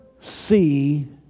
see